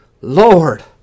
Lord